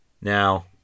Now